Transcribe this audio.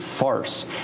farce